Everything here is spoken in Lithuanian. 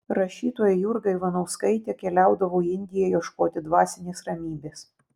rašytoja jurga ivanauskaitė keliaudavo į indiją ieškoti dvasinės ramybės